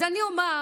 אז אני אומר: